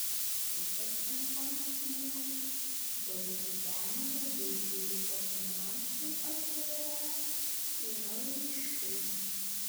ypač informatyvūs daug gyvenimo bei kūrybos niuansų atverią yra laiškai